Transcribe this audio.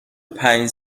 پنج